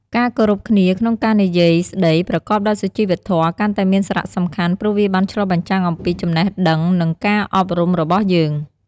ការគោរពគ្នាក្នុងការនិយាយស្តីប្រកបដោយសុជីវធម៌កាន់តែមានសារៈសំខាន់ព្រោះវាបានឆ្លុះបញ្ចាំងអំពីចំណេះដឹងនិងការអប់រំរបស់យើង។